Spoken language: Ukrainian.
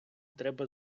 треба